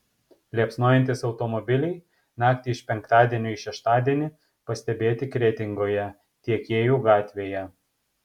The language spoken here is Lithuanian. liepsnojantys automobiliai naktį iš penktadienio į šeštadienį pastebėti kretingoje tiekėjų gatvėje